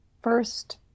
first